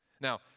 Now